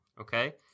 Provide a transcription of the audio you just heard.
Okay